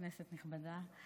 כנסת נכבדה,